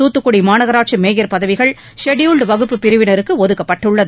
தூத்துக்குடி மாநகராட்சி மேயர் பதவிகள் ஷெட்பூல்டு வகுப்பு பிரிவினருக்கு ஒதுக்கப்பட்டுள்ளது